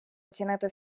оцінити